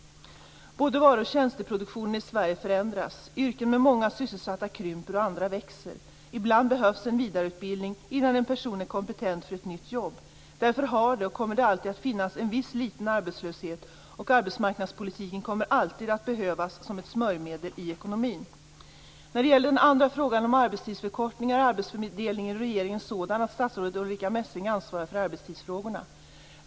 Både varu och tjänsteproduktionen i Sverige förändras. Yrken med många sysselsatta krymper och andra växer. Ibland behövs en vidareutbildning innan en person är kompetent för ett nytt jobb. Därför har det alltid funnits och kommer alltid att finnas en viss liten arbetslöshet, och arbetsmarknadspolitiken kommer alltid att behövas som ett smörjmedel i ekonomin. När det gäller den andra frågan om arbetstidsförkortning är arbetsfördelningen i regeringen sådan att statsrådet Ulrica Messing ansvarar för arbetstidsfrågorna.